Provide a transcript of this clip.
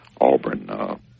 Auburn